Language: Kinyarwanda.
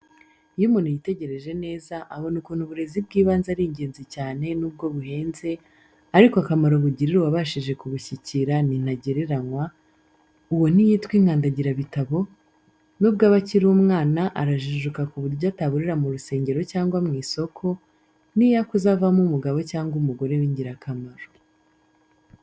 Iyo umuntu yitegereje neza abona ukuntu uburezi bw' ibanze ari ingenzi cyane nubwo buhenze, ariko akamaro bugirira uwabashije kubushyikira ni ntagereranywa, uwo ntiyitwa inkandagirabitabo, nubwo aba akiri umwana arajijuka ku buryo ataburira mu rusengero cyangwa mu isoko, n'iyo akuze avamo umugabo cyangwa umugore. w'ingirakamaro.